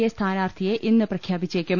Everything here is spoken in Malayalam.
എ സ്ഥാനാർത്ഥിയെ ഇന്ന് പ്രഖ്യാപിച്ചേക്കും